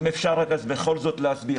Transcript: אם אפשר בכל זאת להסביר.